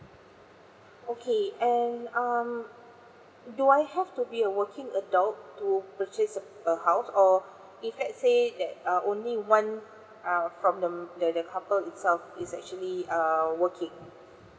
okay and um do I have to be a working adult to purchase a a house or if let's say that uh only one uh from the the the couples itself is actually err working